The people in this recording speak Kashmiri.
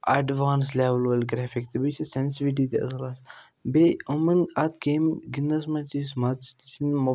ایڈوانٕس لیٚوٕل گرٛیفِک تہٕ بیٚیہِ چھِ سیٚنسوٕٹی تہٕ اصل آسان بیٚیہِ أمَن اتھ گیمہِ گِندنَس منٛز چھِ اسہِ مزٕ سُہ چھنہٕ